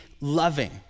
loving